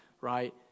right